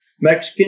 Mexican